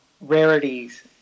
rarities